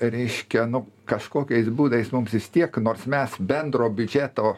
reiškia nu kažkokiais būdais mums vis tiek nors mes bendro biudžeto